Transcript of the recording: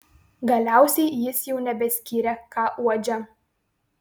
galiausiai jis jau nebeskyrė ką uodžia